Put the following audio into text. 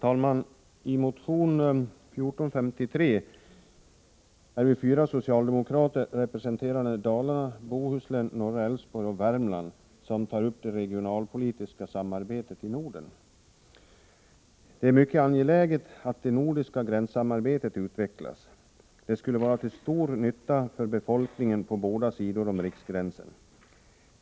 Herr talman! Vi är fyra socialdemokrater representerande Dalarna, Bohuslän, norra Älvsborg och Värmland som i motion 1453 tar upp det regionalpolitiska samarbetet i Norden. Det är mycket angeläget att det nordiska gränssamarbetet utvecklas. Det skulle vara till stor nytta för befolkningen på båda sidor om riksgränsen.